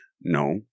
No